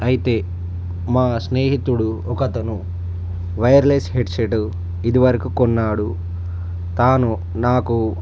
అయితే మా స్నేహితుడు ఒకతను వైర్లెస్ హెడ్సెట్ ఇది వరకు కొన్నాడు తాను నాకు